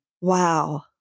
Wow